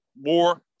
more